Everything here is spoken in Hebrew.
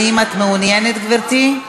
האם את מעוניינת, גברתי?